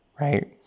right